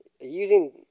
using